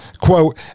Quote